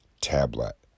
tablet